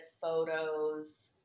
photos